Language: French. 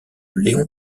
léon